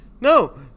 No